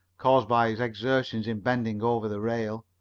caused by his exertion in bending over the rail.